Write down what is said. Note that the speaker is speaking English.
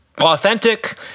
authentic